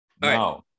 No